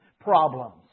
problems